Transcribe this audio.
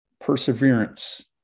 Perseverance